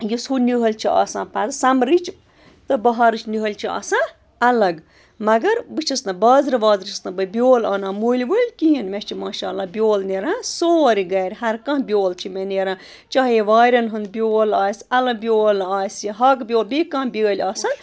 یُس ہُہ نِہٲلۍ چھِ آسان پَتہٕ سَمرٕچ تہٕ بَہارٕچ نِہٲلۍ چھِ آسان اَلگ مگر بہٕ چھَس نہٕ بازرٕ وازرٕ چھِس نہٕ بہٕ بیول آنان مٔلۍ ؤلۍ کِہیٖنۍ مےٚ چھِ ماشاء اللہ بیول نیران سورُے گَرِ ہَر کانٛہہ بیول چھِ مےٚ نیران چاہے وارٮ۪ن ہُنٛد بیول آسہِ اَلہٕ بیول آسہِ ہاکہٕ بیٚیہِ کانٛہہ بیٛٲلۍ آسَن